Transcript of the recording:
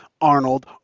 Arnold